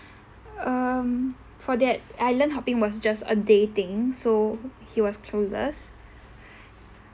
um for that island hopping was just a day thing so he was clueless